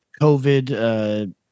covid